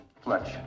Fletch